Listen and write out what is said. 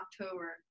October